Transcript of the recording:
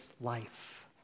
life